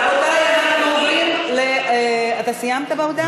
רבותי, אנחנו עוברים, אתה סיימת את ההודעה?